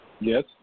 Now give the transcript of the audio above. Yes